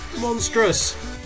Monstrous